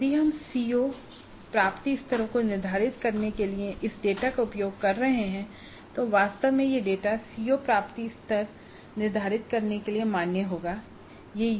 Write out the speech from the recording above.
यदि हम सीओ प्राप्ति स्तरों को निर्धारित करने के लिए इस डेटा का उपयोग कर रहे हैं तो वास्तव में यह डेटा सीओ प्राप्ति स्तर निर्धारित करने के लिए मान्य होना चाहिए